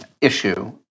issue